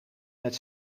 met